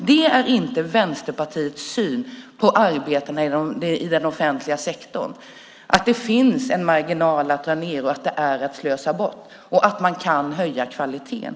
Det är inte Vänsterpartiets syn på arbetarna i den offentliga sektorn att det finns en marginal att dra ned, att detta är att slösa bort pengar och att man kan höja kvaliteten.